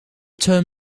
term